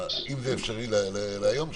אם זה אפשרי להיום,